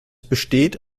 besteht